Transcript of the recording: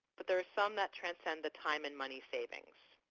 but there are some that transcend the time and money savings.